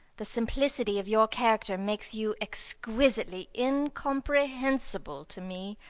the simplicity of your character makes you exquisitely incomprehensible to me.